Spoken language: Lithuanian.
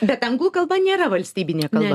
bet anglų kalba nėra valstybinė kalba